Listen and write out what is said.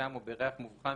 בטעם או בריח מובחן,